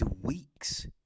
Weeks